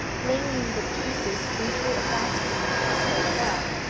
flinging the pieces into a basket as they fell.